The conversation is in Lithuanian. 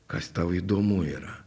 kas tau įdomu yra